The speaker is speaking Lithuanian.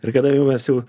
ir kada jau mes jau